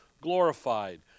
glorified